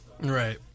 Right